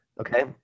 Okay